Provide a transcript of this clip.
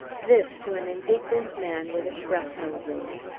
this to an indignant man with a shrapnel wound!